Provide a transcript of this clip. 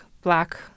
black